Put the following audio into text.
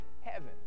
heaven